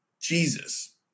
Jesus